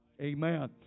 Amen